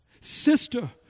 Sister